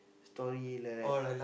story like